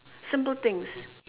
simple things